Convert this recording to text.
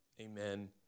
amen